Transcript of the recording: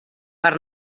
per